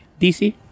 DC